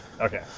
Okay